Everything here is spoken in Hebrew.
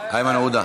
איימן עודה.